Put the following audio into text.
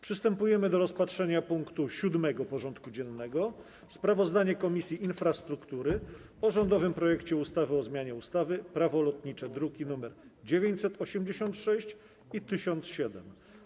Przystępujemy do rozpatrzenia punktu 7. porządku dziennego: Sprawozdanie Komisji Infrastruktury o rządowym projekcie ustawy o zmianie ustawy - Prawo lotnicze (druki nr 986 i 1007)